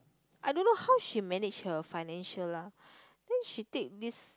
I dunno how she manage her financial lah she take this